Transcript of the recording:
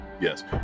Yes